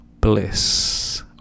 bliss